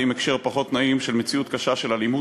לפחות באופן דיפרנציאלי ופרוגרסיבי,